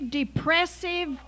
depressive